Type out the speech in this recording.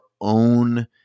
own